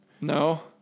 No